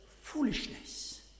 foolishness